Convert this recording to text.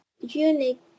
unique